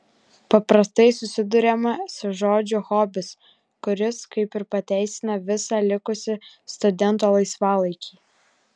paprastai susiduriama su žodžiu hobis kuris kaip ir pateisina visą likusį studento laisvalaikį